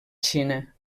xina